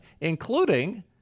including